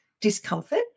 discomfort